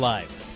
Live